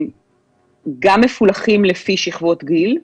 גם מפולחים לפי שכבות גיל,